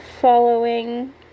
following